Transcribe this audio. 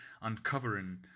uncovering